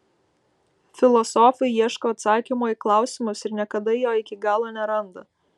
filosofai ieško atsakymo į klausimus ir niekada jo iki galo neranda